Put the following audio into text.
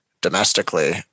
domestically